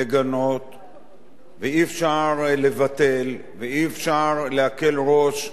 ואי-אפשר לבטל ואי-אפשר להקל ראש בהצעת החוק הזאת.